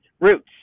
roots